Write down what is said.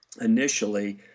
initially